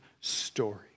story